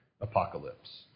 apocalypse